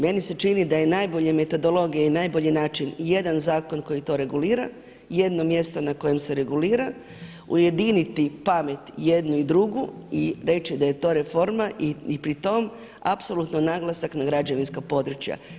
Meni se čini da je najbolja metodologija i najbolji način jedan zakon koji to regulira, jedno mjesto na kojem se regulira, ujediniti pamet jednu i drugu i reći da je to reforma i pritom apsolutno naglasak na građevinska područja.